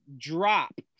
drop